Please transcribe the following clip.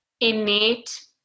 innate